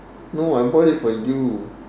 no I bought it for you